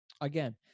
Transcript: again